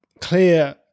clear